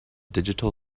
digital